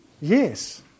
yes